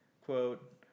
Quote